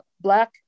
black